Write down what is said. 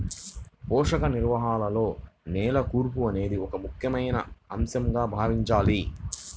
పోషక నిర్వహణలో నేల కూర్పు అనేది ఒక ముఖ్యమైన అంశంగా భావించాలి